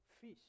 fish